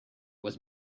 was